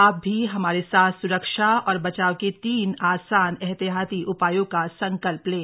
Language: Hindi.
आप भी हमारे साथ स्रक्षा और बचाव के तीन आसान एहतियाती उपायों का संकल्प लें